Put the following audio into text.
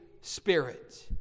Spirit